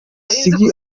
ziggy